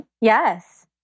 Yes